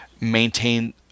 maintain